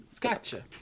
Gotcha